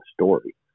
story